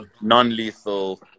non-lethal